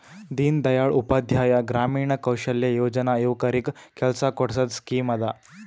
ದೀನ್ ದಯಾಳ್ ಉಪಾಧ್ಯಾಯ ಗ್ರಾಮೀಣ ಕೌಶಲ್ಯ ಯೋಜನಾ ಯುವಕರಿಗ್ ಕೆಲ್ಸಾ ಕೊಡ್ಸದ್ ಸ್ಕೀಮ್ ಅದಾ